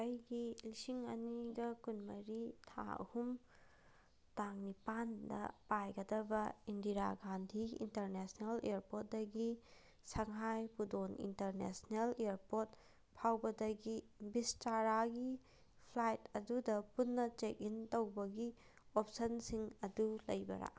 ꯑꯩꯒꯤ ꯂꯤꯁꯤꯡ ꯑꯅꯤꯒ ꯀꯨꯟ ꯃꯔꯤ ꯊꯥ ꯑꯍꯨꯝ ꯇꯥꯡ ꯅꯤꯄꯥꯜꯗ ꯄꯥꯏꯒꯗꯕ ꯏꯟꯗꯤꯔꯥ ꯒꯥꯟꯙꯤ ꯏꯟꯇꯔꯅꯦꯁꯅꯦꯜ ꯏꯌꯥꯔꯄꯣꯔꯠꯇꯒꯤ ꯁꯪꯍꯥꯏ ꯄꯨꯗꯣꯟ ꯏꯟꯇꯔꯅꯦꯁꯅꯦꯜ ꯏꯌꯥꯔꯄꯣꯔꯠ ꯐꯥꯎꯕꯗꯒꯤ ꯕꯤꯁꯇꯥꯔꯥꯒꯤ ꯐ꯭ꯂꯥꯏꯠ ꯑꯗꯨꯗ ꯄꯨꯟꯅ ꯆꯦꯛ ꯏꯟ ꯇꯧꯕꯒꯤ ꯑꯣꯞꯁꯟꯁꯤꯡ ꯑꯗꯨ ꯂꯩꯕꯔꯥ